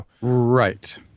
Right